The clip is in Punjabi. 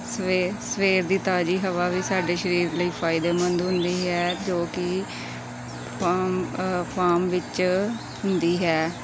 ਸਵੇ ਸਵੇਰ ਦੀ ਤਾਜ਼ੀ ਹਵਾ ਵੀ ਸਾਡੇ ਸਰੀਰ ਲਈ ਫਾਇਦੇਮੰਦ ਹੁੰਦੀ ਹੈ ਜੋ ਕਿ ਫਾਮ ਫਾਰਮ ਵਿੱਚ ਹੁੰਦੀ ਹੈ